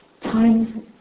Times